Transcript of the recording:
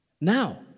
Now